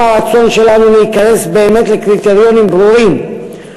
גם הרצון שלנו להיכנס באמת לקריטריונים ברורים,